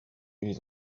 ils